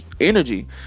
energy